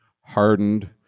hardened